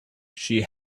she